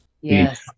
Yes